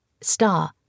Star